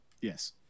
Yes